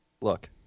look